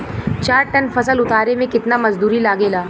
चार टन फसल उतारे में कितना मजदूरी लागेला?